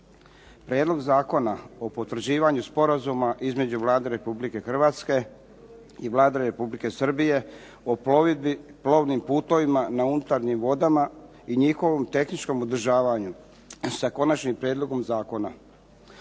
Prijedlog Zakona o potvrđivanju sporazuma između Vlade Republike Hrvatske i Vlade Republike Srbije o plovidbi plovnim putovima na unutarnjim vodama i njihovom tehničkom održavanju sa konačnim prijedlogom zakona.